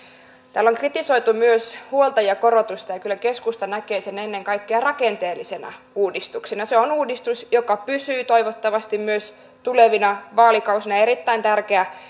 täällä on kritisoitu myös huoltajakorotusta ja kyllä keskusta näkee sen ennen kaikkea rakenteellisena uudistuksena se on uudistus joka pysyy toivottavasti myös tulevina vaalikausina ja on erittäin tärkeä